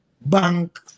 bank